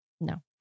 No